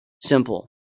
Simple